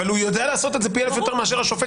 אבל הוא יודע לעשות את זה פי אלף יותר טוב מאשר השופט,